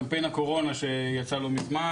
קמפיין הקורונה שיצא לא מזמן,